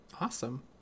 Awesome